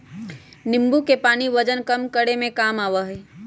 नींबू के पानी वजन कम करे में काम आवा हई